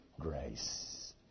grace